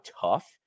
tough